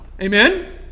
amen